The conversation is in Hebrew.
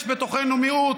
יש בתוכנו מיעוט,